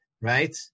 Right